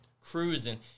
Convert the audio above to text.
cruising